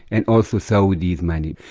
and also saudi money.